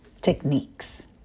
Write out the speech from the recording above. techniques